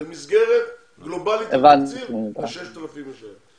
זו מסגרת גלובלית בתקציב ל-6,000 איש האלה.